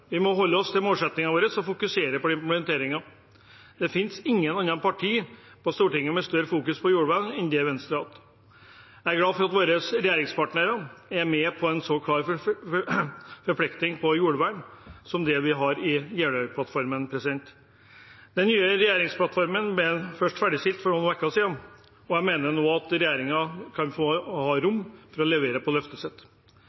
Vi må holde oss til målsettingen vår og fokusere på implementeringen. Det finnes ingen andre partier på Stortinget med større fokus på jordvern enn Venstre. Jeg er glad for at våre regjeringspartnere er med på en så klar forpliktelse til jordvern som det vi har i Jeløya-plattformen. Den nye regjeringsplattformen ble først ferdigstilt for noen uker siden, og jeg maner nå til at regjeringen må få